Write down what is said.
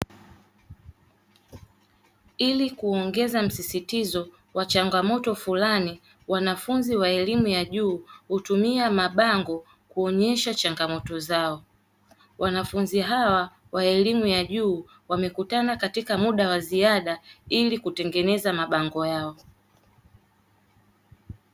Ili kuongeza msisitizo wa changamoto fulani, wanafunzi wa elimu ya juu hutumia mabango kuonesha changamoto zao. Wanafunzi hawa wa elimu ya juu, wamekutana katika muda wa ziada ili kutengeneza mabango yao.